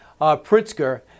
Pritzker